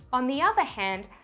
on the other hand,